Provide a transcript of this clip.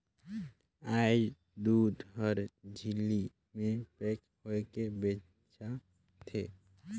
आयज दूद हर झिल्ली में पेक होयके बेचा थे